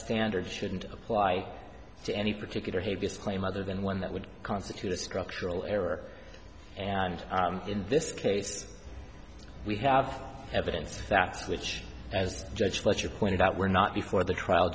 standard shouldn't apply to any particular he'd just claim other than one that would constitute a structural error and in this case we have evidence that's which as judge fletcher pointed out were not before the trial